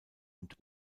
und